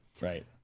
Right